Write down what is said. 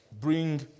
bring